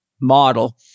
model